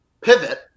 pivot